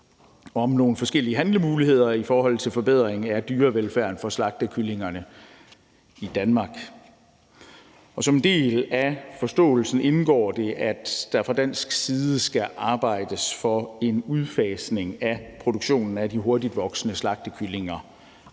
om nogle forskellige handlemuligheder i forhold til forbedring af dyrevelfærden for slagtekyllingerne i Danmark. Som en del af forståelsespapiret indgår det, at der fra dansk side skal arbejdes for en udfasning af produktionen af hurtigtvoksende slagtekyllinger